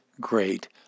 great